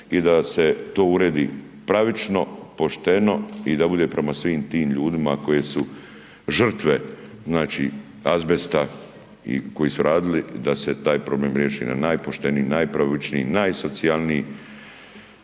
i da se to uredi pravično, pošteno i da bude prema svim tim ljudima koji su žrtve azbesta i koji su radili da se taj problem riješi na najpošteniji, najpravičniji, najsocijalniji